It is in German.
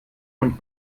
und